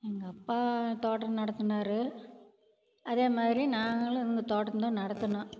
எங்கள் அப்பா தோட்டம் நடத்துனார் அதேமாதிரி நாங்களும் எங்கள் தோட்டத்தை நடத்துனோம்